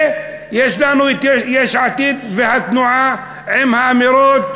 ויש לנו יש עתיד והתנועה עם האמירות